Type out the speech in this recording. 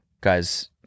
Guys